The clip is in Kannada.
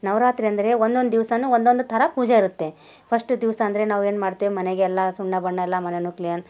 ನವರಾತ್ರಿ ಅಂದರೆ ಒಂದೊಂದು ದಿವ್ಸವೂ ಒಂದೊಂದು ಥರ ಪೂಜೆ ಇರುತ್ತೆ ಫಶ್ಟ್ ದಿವಸ ಅಂದರೆ ನಾವು ಏನು ಮಾಡ್ತೇವೆ ಮನೆಗೆಲ್ಲ ಸುಣ್ಣ ಬಣ್ಣ ಎಲ್ಲ ಮನೆನೂ ಕ್ಲೀನ್